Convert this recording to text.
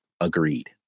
agreed